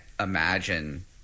Imagine